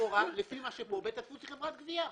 לכאורה לפי מה שמוגדר פה בית הדפוס הוא חברת גבייה.